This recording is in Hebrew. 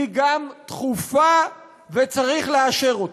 היא גם דחופה, וצריך לאשר אותה.